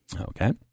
Okay